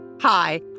Hi